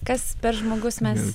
kas per žmogus mes